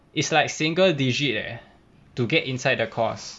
is like single digit leh to get inside the course